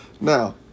Now